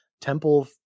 Temple